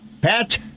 Pat